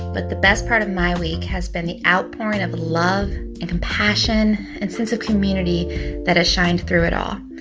but the best part of my week has been the outpouring of love and compassion and sense of community that has shined through it all.